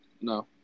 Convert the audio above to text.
No